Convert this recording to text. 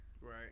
Right